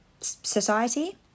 society